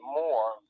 more